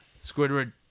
squidward